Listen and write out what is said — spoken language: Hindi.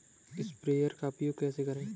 स्प्रेयर का उपयोग कैसे करें?